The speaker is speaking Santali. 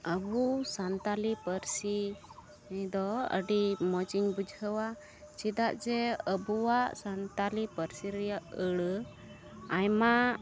ᱟᱵᱚ ᱥᱟᱱᱛᱟᱞᱤ ᱯᱟᱹᱨᱥᱤ ᱫᱚ ᱟᱹᱰᱤ ᱢᱚᱡᱽᱤᱧ ᱵᱩᱡᱷᱟᱹᱣᱟ ᱪᱮᱫᱟᱜ ᱡᱮ ᱟᱹᱵᱚᱣᱟᱜ ᱥᱟᱱᱛᱟᱞᱤ ᱯᱟᱹᱨᱥᱤ ᱨᱮᱭᱟᱜ ᱟᱹᱲᱟᱹ ᱟᱭᱢᱟ